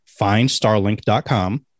findstarlink.com